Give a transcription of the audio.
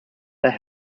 their